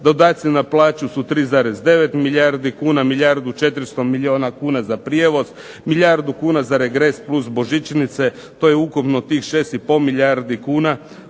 dodaci na plaću su 3,9 milijardi kuna, milijardu i 400 milijuna kuna za prijevoz, milijardu kuna za regres plus božićnice to je ukupno tih 6,5 milijardi kuna,